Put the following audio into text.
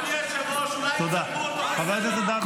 אדוני היושב-ראש, אולי, חבר הכנסת דוידסון.